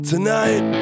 Tonight